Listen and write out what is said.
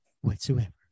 whatsoever